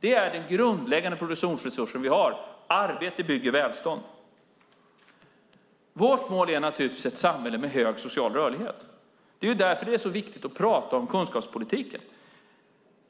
Det är den grundläggande produktionsresursen vi har. Arbete bygger välstånd. Vårt mål är naturligtvis ett samhälle med hög social rörlighet. Det är därför det är så viktigt att prata om kunskapspolitiken.